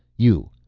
you,